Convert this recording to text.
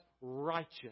righteous